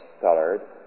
colored